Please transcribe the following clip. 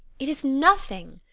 it is nothing,